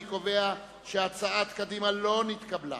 אני קובע שהצעת קדימה לא נתקבלה.